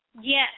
Yes